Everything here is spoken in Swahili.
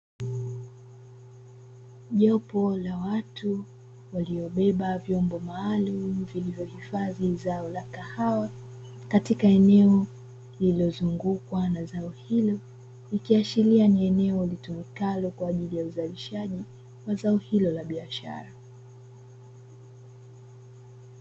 Jopo la watu waliobeba vyombo maalumu vilivyo hifadhi zao la kahawa katika eneo lililo zungukwa na zao hilo, ikiashiria ni eneo litumikalo kwaajili ya uzalishaji wa zao hilo la biashara.